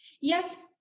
Yes